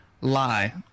Lie